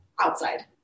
outside